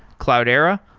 cloudera,